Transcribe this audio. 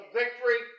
victory